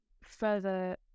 further